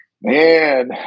Man